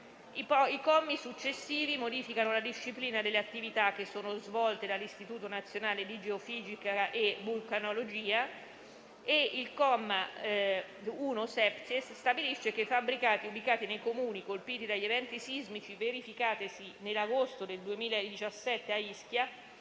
I commi successivi modificano la disciplina delle attività che sono svolte dall'Istituto nazionale di geofisica e vulcanologia e il comma 1-*septies* stabilisce che i fabbricati ubicati nei Comuni colpiti dagli eventi sismici, verificatisi nell'agosto del 2017 a Ischia,